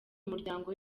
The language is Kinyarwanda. muryango